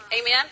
Amen